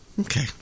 Okay